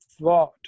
thought